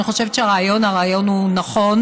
אני חושבת שהרעיון הוא רעיון נכון.